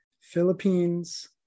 Philippines